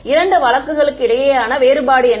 இரண்டு வழக்குகளுக்கு இடையிலான வேறுபாடு என்ன